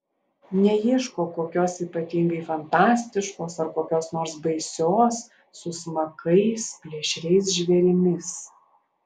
neieško kokios ypatingai fantastiškos ar kokios nors baisios su smakais plėšriais žvėrimis